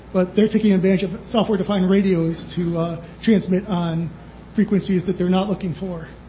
but they're taking advantage of software defined radios to transmit on frequencies that they're not looking for.